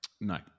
No